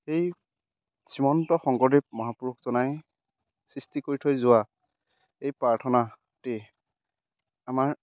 এই শ্ৰীমন্ত শংকৰদেৱ মহাপুৰুষজনাই সৃষ্টি কৰি থৈ যোৱা এই প্ৰাৰ্থনাতেই আমাৰ